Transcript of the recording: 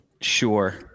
Sure